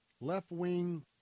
left-wing